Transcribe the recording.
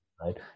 Right